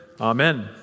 amen